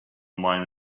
mine